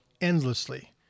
endlessly